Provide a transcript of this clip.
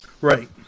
Right